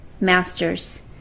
masters